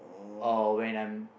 or when I'm